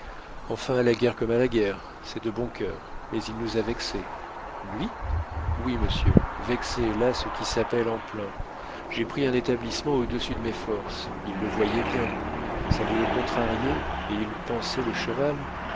enfin à la guerre comme à la guerre c'est de bon cœur mais il nous a vexés lui oui monsieur vexés là ce qui s'appelle en plein j'ai pris un établissement au-dessus de mes forces il le voyait bien ça vous le contrariait et il pansait le cheval